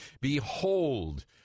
Behold